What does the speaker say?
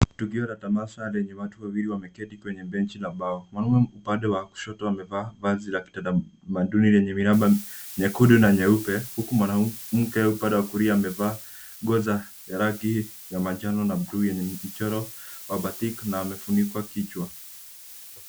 Tukio la tamasha lenye watu wawili wameketi kwenye benchi la mbao. Mwanaume upande wa kushoto amevaa vazi la kitamaduni lenye miramba nyekundu na nyeupe huku mwanamke upande wa kulia amevaa nguo za rangi ya manjano na bluu yenye mchoro wa batik na amefunikwa kichwa.